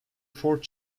fourth